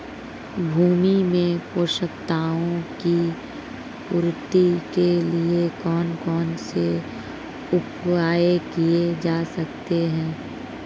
भूमि में पोषक तत्वों की पूर्ति के लिए कौन कौन से उपाय किए जा सकते हैं?